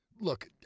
Look